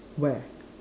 where